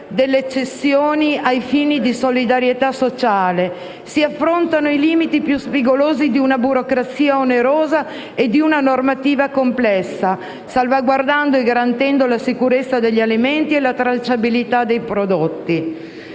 delle cessioni ai fini di solidarietà sociale. Si affrontano i limiti più spigolosi di una burocrazia onerosa e di una normativa complessa, salvaguardando e garantendo la sicurezza degli alimenti e la tracciabilità dei prodotti.